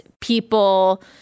people